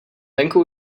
venku